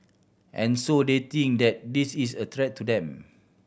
and so they think that this is a threat to them